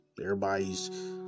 everybody's